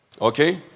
Okay